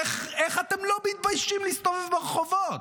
איך אתם לא מתביישים להסתובב ברחובות?